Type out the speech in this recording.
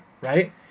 right